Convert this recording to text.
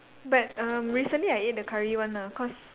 but um recently I ate the curry one ah cause